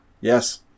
yes